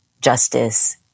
justice